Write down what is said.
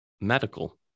medical